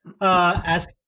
ask